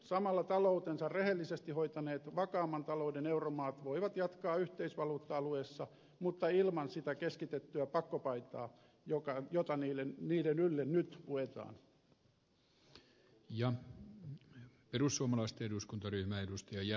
samalla taloutensa rehellisesti hoitaneet vakaamman talouden euromaat voivat jatkaa yhteisvaluutta alueessa mutta ilman sitä keskitettyä pakkopaitaa jota niiden ylle nyt puetaan